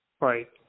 Right